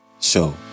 Show